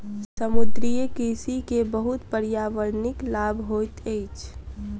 समुद्रीय कृषि के बहुत पर्यावरणिक लाभ होइत अछि